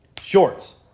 Shorts